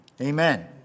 Amen